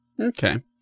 okay